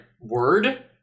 word